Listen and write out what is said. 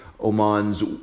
Oman's